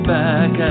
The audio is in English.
back